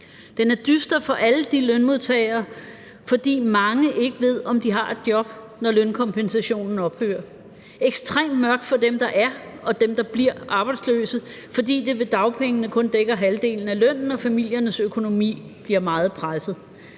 Den er dyster for alle de lønmodtagere, fordi mange ikke ved, om de har et job, når lønkompensationen ophører; ekstrem mørk for dem, der er, og dem, der bliver arbejdsløse, fordi dagpengene kun dækker halvdelen af lønnen og familiernes økonomi bliver meget presset.